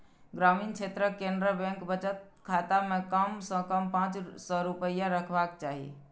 ग्रामीण क्षेत्रक केनरा बैंक बचत खाता मे कम सं कम पांच सय रुपैया रहबाक चाही